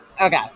Okay